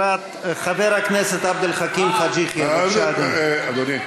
חבר הכנסת עבד אל חכים חאג' יחיא, בבקשה, אדוני.